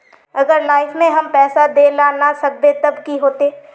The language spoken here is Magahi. अगर लाइफ में हैम पैसा दे ला ना सकबे तब की होते?